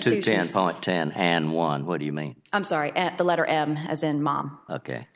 ten and one what do you mean i'm sorry at the letter m as in mom ok